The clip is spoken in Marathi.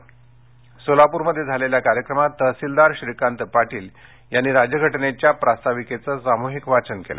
संविधान दिन सोलापूरमध्ये झालेल्या कार्यक्रमात तहसीलदार श्रीकांत पाटील यांनी राज्यघटनेच्या प्रास्ताविकेचं सामूहिक वाचन केलं